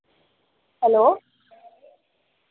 hello